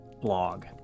blog